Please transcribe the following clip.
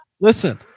Listen